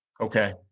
okay